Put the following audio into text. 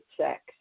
sex